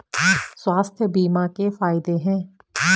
स्वास्थ्य बीमा के फायदे हैं?